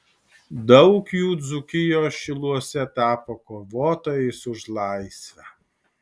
daug jų dzūkijos šiluose tapo kovotojais už laisvę